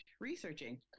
researching